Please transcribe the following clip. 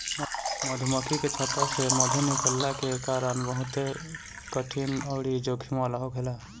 मधुमक्खी के छत्ता से मधु निकलला के काम बहुते कठिन अउरी जोखिम वाला होखेला